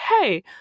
hey